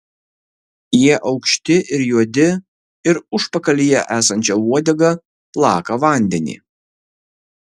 jie aukšti ir juodi ir užpakalyje esančia uodega plaka vandenį